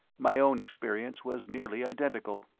my own experience was nearly identical.